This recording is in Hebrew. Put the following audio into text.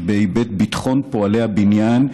בהיבט של ביטחון פועלי הבניין,